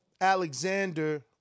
Alexander